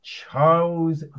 Charles